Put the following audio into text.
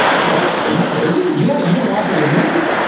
what? are you crazy? you yeah you didn't watch it with me.